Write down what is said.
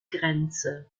grenze